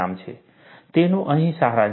તેનો અહીં સારાંશ છે